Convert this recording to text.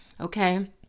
okay